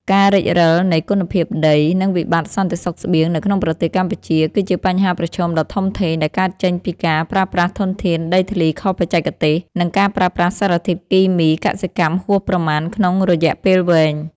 ការរិចរឹលនៃគុណភាពដី និងវិបត្តិសន្តិសុខស្បៀងនៅក្នុងប្រទេសកម្ពុជា គឺជាបញ្ហាប្រឈមដ៏ធំធេងដែលកើតចេញពីការប្រើប្រាស់ធនធានដីធ្លីខុសបច្ចេកទេស និងការប្រើប្រាស់សារធាតុគីមីកសិកម្មហួសប្រមាណក្នុងរយៈពេលវែង។